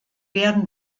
werden